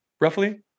Roughly